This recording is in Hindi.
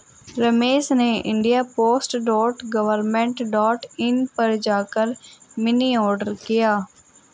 रमेश ने India post dot government dot in पर जा कर मनी ऑर्डर किया